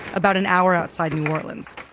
about an hour outside new orleans.